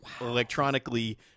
electronically